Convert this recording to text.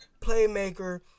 playmaker